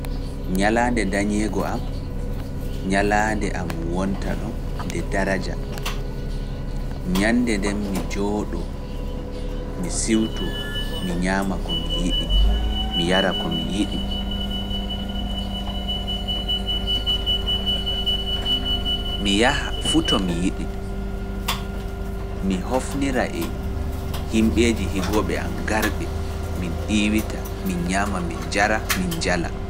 Njalaande dañeego am, njalaande am wonta ɗon nde daraja, nyannde nden mi jooɗoo, mi siwtoo, mi ñaama ko mi yiɗi, mi yara ko mi yiɗi, mi hofnira e himɓeeji higooɓe am ngarɓe, min ɗiiwita, min ñaama, min njara, min njala.